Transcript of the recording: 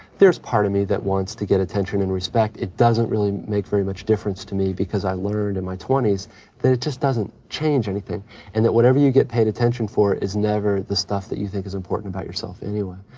there's part of me that wants to get attention and respect. it doesn't really make very much difference to me because i learned in my twenty that it just doesn't change anything and that whatever you get paid attention for is never the stuff that you think is important about yourself anyway.